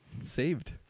saved